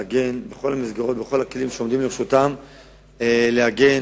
להגן על האזרחים שלהן